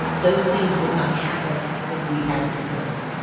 those things would not happen if we'd had pre clearance.